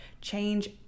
change